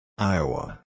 Iowa